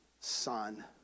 son